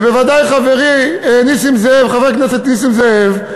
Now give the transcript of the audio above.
ובוודאי חברי חבר הכנסת נסים זאב,